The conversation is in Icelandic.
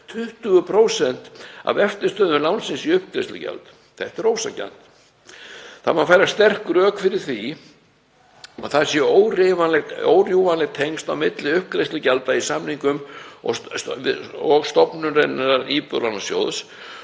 20% af eftirstöðvum lánsins í uppgreiðslugjald. Þetta er ósanngjarnt. Það má færa sterk rök fyrir því að það séu órjúfanleg tengsl á milli uppgreiðslugjalda í samningum og stofnunarinnar Íbúðalánasjóðs,